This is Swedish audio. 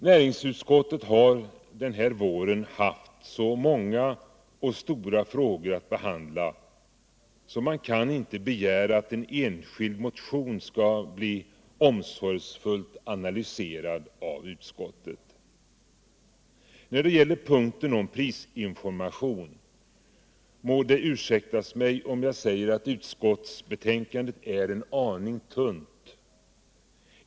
Näringsutskottet har den här våren haft så många och stora frågor att behandla att man inte kan begära att en enskild motion skall bli omsorgsfullt analyserad av utskottet. När det gäller punkten om prisinformationen må det ursäktas mig om jag säger att utskottsbetänkandet är en aning tunt.